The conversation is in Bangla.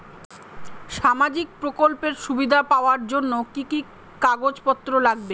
সামাজিক প্রকল্পের সুবিধা পাওয়ার জন্য কি কি কাগজ পত্র লাগবে?